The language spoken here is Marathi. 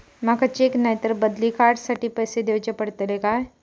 माका चेक नाय तर बदली कार्ड साठी पैसे दीवचे पडतले काय?